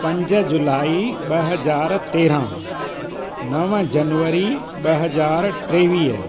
पंज जुलाई ॿ हज़ार तेरहं नव जनवरी ॿ हज़ार टेवीह